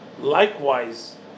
likewise